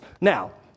Now